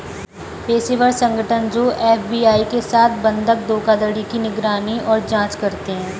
पेशेवर संगठन जो एफ.बी.आई के साथ बंधक धोखाधड़ी की निगरानी और जांच करते हैं